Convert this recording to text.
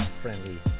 friendly